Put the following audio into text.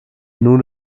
nun